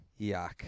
Yuck